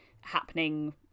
happening